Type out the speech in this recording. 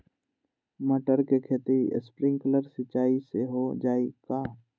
मटर के खेती स्प्रिंकलर सिंचाई से हो जाई का?